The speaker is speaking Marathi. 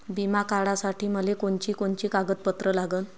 बिमा काढासाठी मले कोनची कोनची कागदपत्र लागन?